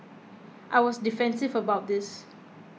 I was defensive about this